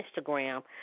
Instagram